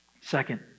Second